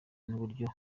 n’uburyo